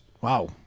Wow